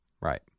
Right